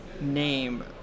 name